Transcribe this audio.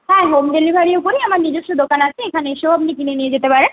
হ্যাঁ হোম ডেলিভারিও করি আমার নিজস্ব দোকান আছে এখানে এসেও আপনি কিনে নিয়ে যেতে পারেন